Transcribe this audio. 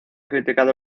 criticado